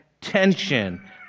tension